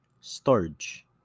storage